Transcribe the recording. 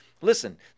Listen